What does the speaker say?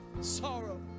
sorrow